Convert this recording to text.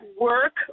work